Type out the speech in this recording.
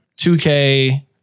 2K